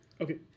Okay